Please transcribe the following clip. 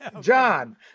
John